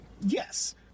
Yes